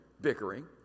bickering